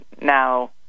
now